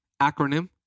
acronym